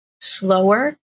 slower